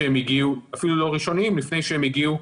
אפילו לא ראשוניים, לפני שהם הגיעו